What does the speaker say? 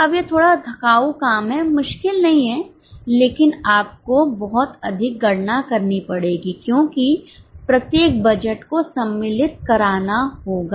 अब यह थोड़ा थकाऊ काम है मुश्किल नहीं है लेकिन आपको बहुत अधिक गणना करनी पड़ेगी क्योंकि प्रत्येक बजट को सम्मिलित कराना होगा